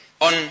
on